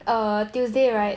tuesday right